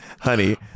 honey